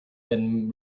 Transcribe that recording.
been